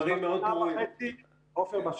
הדברים מאוד ברורים --- עפר,